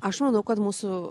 aš manau kad mūsų